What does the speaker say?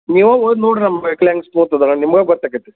ನೀವು ಹೋಗಿ ನೋಡ್ರಿ ನಮ್ಮ ವೆಹಿಕಲ್ ಹೆಂಗ ಸ್ಮೂತದನೋ ನಿಮಗೇ ಗೊತ್ತಾಕತಿ